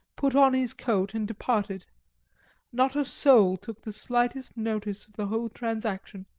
put on his coat and departed not a soul took the slightest notice of the whole transaction.